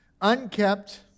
unkept